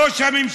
אני ראש הממשלה,